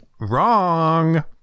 Wrong